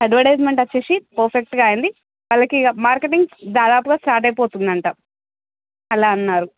advertisement వచ్చేసి పర్ఫెక్ట్గా అయింది వాళ్ళకి మార్కెటింగ్ దాదాపుగా స్టార్ట్ అయిపోతుంది అంట అలా అన్నారు